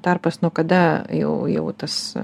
tarpas nuo kada jau jau tas